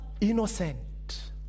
innocent